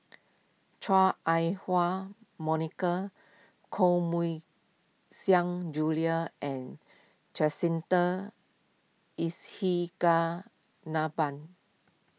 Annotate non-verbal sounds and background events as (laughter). Chua Ah Hua Monica Koh Mui Xiang Julie and Jacintha (unintelligible)